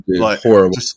horrible